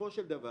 שבסופו של דבר